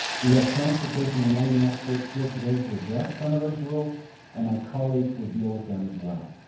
we have transportation and lighting experts here today to address some of those rules and my colleagues will deal with them as well.